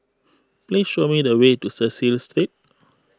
please show me the way to Cecil Street